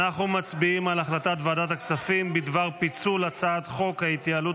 אנחנו מצביעים על החלטת ועדת הכספים בדבר פיצול הצעת חוק ההתייעלות